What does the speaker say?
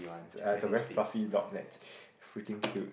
uh it's a very fluffy dog that's freaking cute